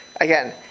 again